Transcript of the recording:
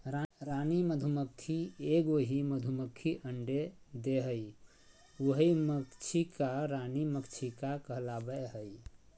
रानी मधुमक्खी एगो ही मधुमक्खी अंडे देहइ उहइ मक्षिका रानी मक्षिका कहलाबैय हइ